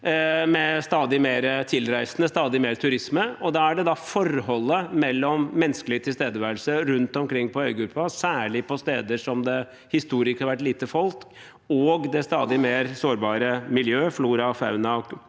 med stadig flere tilreisende og stadig mer turisme, og da er det forholdet mellom menneskelig tilstedeværelse rundt omkring på øygruppen, særlig på steder hvor det historisk har vært lite folk, og det stadig mer sårbare miljøet – flora, fauna og